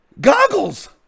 Goggles